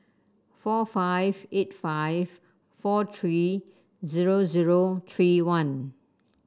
four five eight five four three zero zero three one